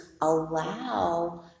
allow